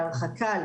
להרחקה,